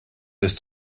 ist